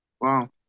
Wow